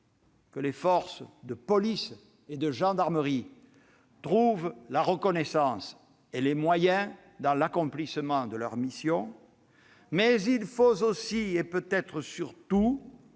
que les forces de police et de gendarmerie reçoivent la reconnaissance et les moyens nécessaires à l'accomplissement de leur mission, mais il faut aussi, et peut-être surtout,